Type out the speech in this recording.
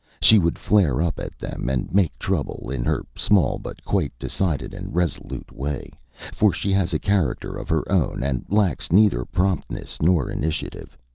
she would flare up at them and make trouble, in her small but quite decided and resolute way for she has a character of her own, and lacks neither promptness nor initiative.